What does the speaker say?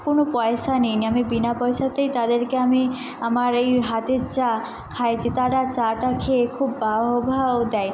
কোনো পয়সা নিই নি আমি বিনা পয়সাতেই তাদেরকে আমি আমার এই হাতের চা খাইয়েছি তারা চা টা খেয়ে খুব বাহভাও দেয়